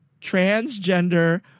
transgender